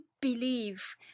believe